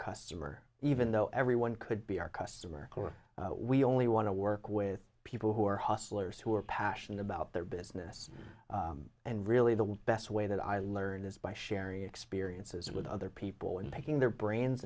customer even though everyone could be our customer or we only want to work with people who are hustlers who are passionate about their business and really the best way that i learn is by sharing experiences with other people and making their brains